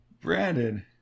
Brandon